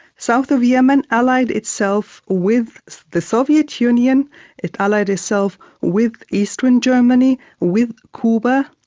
south of yemen allied itself with the soviet union it allied itself with eastern germany, with cuba,